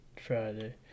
Friday